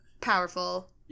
powerful